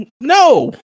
No